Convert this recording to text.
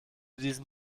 diesem